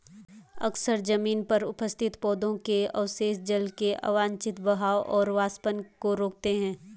अक्सर जमीन पर उपस्थित पौधों के अवशेष जल के अवांछित बहाव और वाष्पन को रोकते हैं